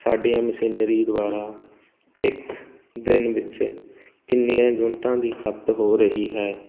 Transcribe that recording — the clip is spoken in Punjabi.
ਸਾਡੀਆਂ ਮਸ਼ੀਨਰੀ ਦੁਆਰਾ ਇੱਕ ਦਿਨ ਵਿੱਚ ਕਿੰਨੀਆਂ ਯੂਨਿਟਾਂ ਦੀ ਖਪਤ ਹੋ ਰਹੀ ਹੈ